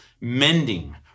mending